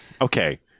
Okay